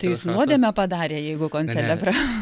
tai jis nuodėmę padarė jeigu koncelebravo